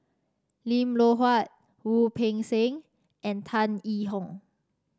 Lim Loh Huat Wu Peng Seng and Tan Yee Hong